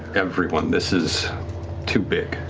everyone. this is too big.